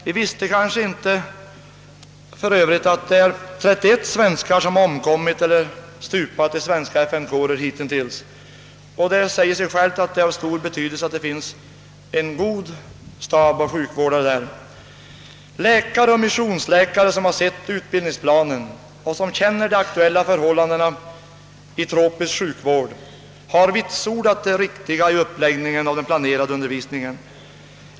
Vi visste kanske inte förut att 31 svenskar omkommit eller stupat i svenska FN-kårer hitintills. Det säger sig självt att det är av stor betydelse att där finns en god stab av sjukvårdare. Missionsläkare och andra läkare, som sett utbildningsplanen och som känner till de aktuella förhållandena när det gäller tropisk sjukvård, har vitsordat att den planerade undervisningen är riktigt upplagd.